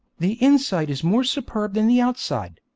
the inside is more superb than the outside.